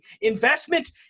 investment